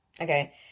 Okay